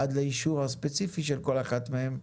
עד לאישור הספציפי של כל אחת מהן,